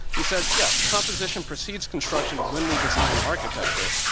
he says, yes, composition precedes construction when we design architecture.